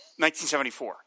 1974